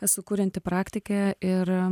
esu kurianti praktikė ir